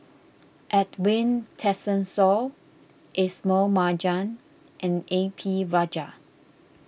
Edwin Tessensohn Ismail Marjan and A P Rajah